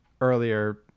earlier